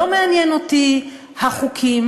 לא מעניין אותי החוקים,